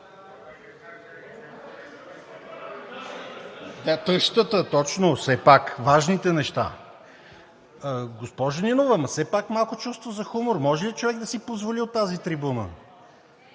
тъщата, точно. Все пак, важните неща! Госпожо Нинова, ама все пак малко чувство за хумор може ли човек да си позволи от тази трибуна?